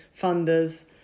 funders